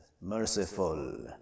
merciful